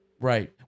Right